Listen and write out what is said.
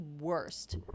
worst